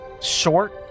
short